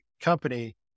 company